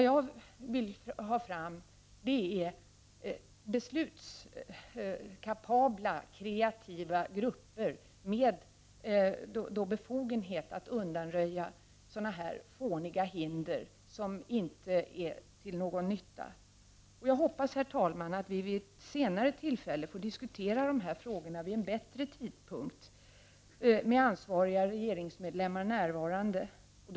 Jag vill att man skall få fram beslutskapabla och kreativa grupper med befogenhet att undanröja sådana här fåniga hinder. Jag hoppas, herr talman, att vi med ansvariga regeringsmedlemmar närvarande vid ett senare och bättre tillfälle får diskutera dessa frågor.